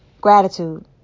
Gratitude